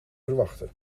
verwachtte